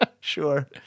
Sure